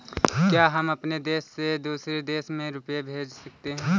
क्या हम अपने देश से दूसरे देश में रुपये भेज सकते हैं?